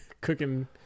cooking